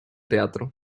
teatro